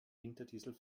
winterdiesel